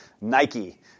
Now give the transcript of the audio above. Nike